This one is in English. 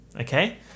Okay